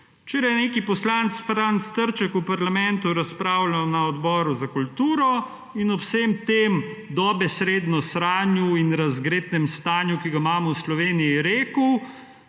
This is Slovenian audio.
Včeraj je neki poslanec Franc Trček v parlamentu razpravljal na Odboru za kulturo in ob vsem tem dobesedno sranju in razgretem stanju, ki ga imamo v Sloveniji, rekel